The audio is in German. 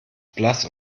blass